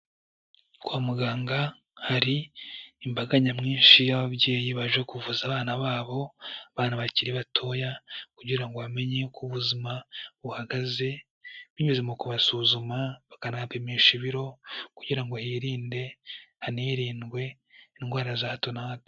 Kwa muganga hari imbaga nyamwinshi y'ababyeyi baje kuvuza abana babo, abana bakiri batoya, kugira ngo bamenye uko ubuzima buhagaze, binyuze mu kubasuzuma, bakanabapimisha ibiro, kugira ngo hirinde, hanirindwe indwara za hato na hato.